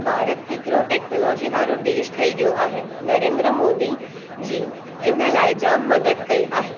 भारत हिकिड़ो टेक्नोलॉजी वारो देश ठही वियो आहे नरेंद्र मोदी जी इन लाइ जामु मदद कई आहे